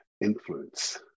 influence